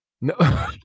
No